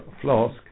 flask